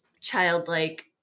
childlike